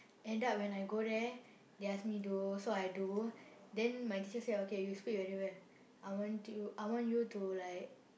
end up when I go there they ask me do so I do then my teacher say okay you speak very well I want to I want you to like